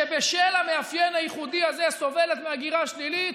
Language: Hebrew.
שבשל המאפיין הייחודי הזה סובלת מהגירה שלילית,